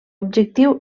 objectiu